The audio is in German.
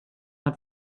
hat